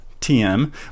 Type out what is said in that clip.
TM